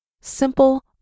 simple